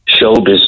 showbiz